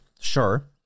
Sure